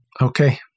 Okay